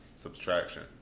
subtraction